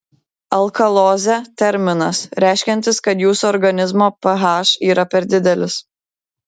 alkalozė terminas reiškiantis kad jūsų organizmo ph yra per didelis